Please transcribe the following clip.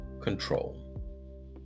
control